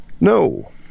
no